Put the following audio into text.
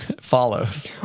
follows